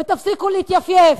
ותפסיקו להתייפייף.